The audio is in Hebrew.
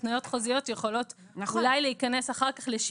התניות חוזיות יכולות אולי להיכנס אחר כך לשיקול.